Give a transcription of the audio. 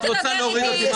אל תדבר אתי,